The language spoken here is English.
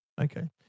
Okay